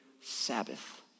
Sabbath